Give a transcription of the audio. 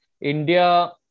India